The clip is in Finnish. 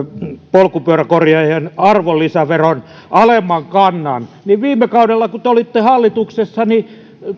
polkupyöräkorjaajien arvonlisäveron alemman kannan että viime kaudella kun te te olitte hallituksessa te